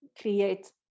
create